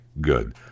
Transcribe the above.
good